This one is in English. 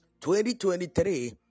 2023